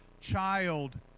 child